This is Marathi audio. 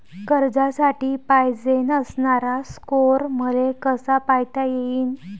कर्जासाठी पायजेन असणारा स्कोर मले कसा पायता येईन?